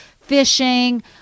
fishing